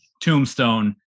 Tombstone